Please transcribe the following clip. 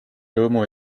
rõõmu